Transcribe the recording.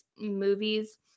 movies